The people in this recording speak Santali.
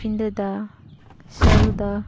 ᱯᱮᱸᱰᱮ ᱫᱟ ᱥᱟᱹᱨᱩ ᱫᱟ